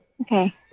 okay